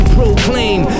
proclaim